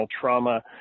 trauma